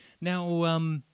Now